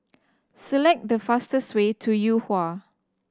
select the fastest way to Yuhua